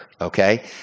okay